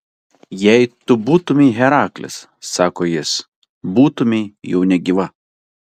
jei tu būtumei heraklis sako jis būtumei jau negyva